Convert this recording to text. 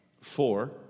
four